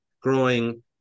growing